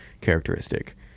characteristic